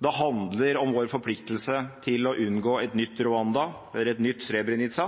det handler om vår forpliktelse til å unngå et nytt Rwanda eller et nytt